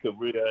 career